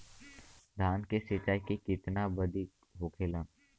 धान की सिंचाई की कितना बिदी होखेला?